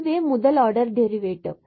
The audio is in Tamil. இதுவே முதல் ஆர்டர் டெரிவேட்டிவ்